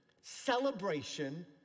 celebration